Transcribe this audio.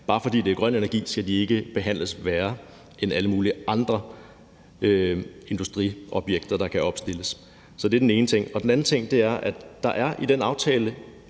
Bare fordi det er grøn energi, skal de ikke behandles værre end i forhold til alle mulige andre industriobjekter, der kan opstilles. Det er den ene ting. Den anden ting er, at der i den aftale